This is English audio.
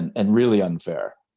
and really unfair.